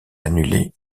annuler